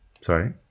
Sorry